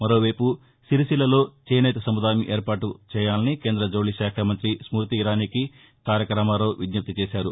మరోవైపు సిరిసిల్లలో చేనేత సముదాయం ఏర్పాటు చేయాలని కేంద జౌళి శాఖ మంతి స్మృతి ఇరానీకి తారకరామారావు విజ్ఞప్తి చేశారు